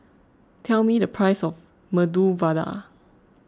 tell me the price of Medu Vada